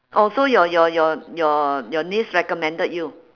oh so your your your your your niece recommended you